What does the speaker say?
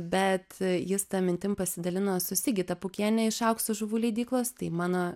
bet jis ta mintim pasidalino su sigita pūkiene iš aukso žuvų leidyklos tai mano